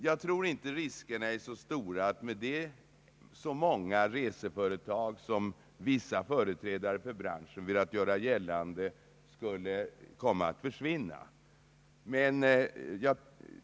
Jag tror inte det är någon större risk för att härigenom så många reseföretag, som vissa företrädare för branschen velat göra gällande, skulle komma att försvinna.